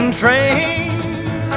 train